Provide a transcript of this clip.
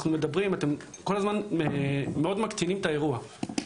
אתם כל הזמן מאוד מקטינים את האירוע הזה.